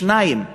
שניים מ-32.